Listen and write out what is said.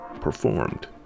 Performed